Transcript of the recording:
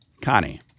Connie